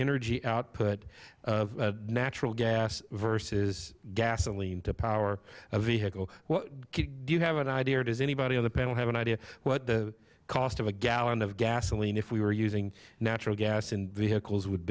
energy output of a natural gas versus gasoline to power a vehicle do you have an idea or does anybody on the panel have an idea what the cost of a gallon of gasoline if we were using natural gas in vehicles would